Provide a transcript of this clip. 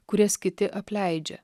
kurias kiti apleidžia